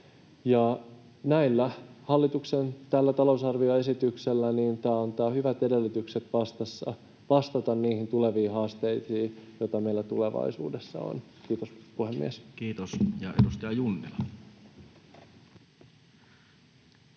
Tämä hallituksen talousarvioesitys antaa hyvät edellytykset vastata niihin tuleviin haasteisiin, joita meillä tulevaisuudessa on. — Kiitos, puhemies. [Speech 213] Speaker: